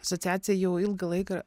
asociacija jau ilgą laiką